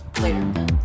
Later